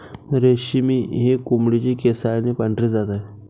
रेशमी ही कोंबडीची केसाळ आणि पांढरी जात आहे